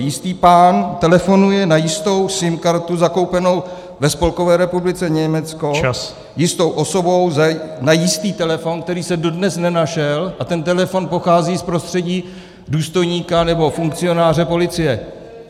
Jistý pán telefonuje na jistou SIM kartu zakoupenou ve Spolkové republice Německo jistou osobou na jistý telefon, který se dodnes nenašel, a ten telefon pochází z prostředí důstojníka, nebo funkcionáře policie.